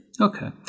Okay